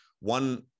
One